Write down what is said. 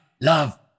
love